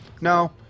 no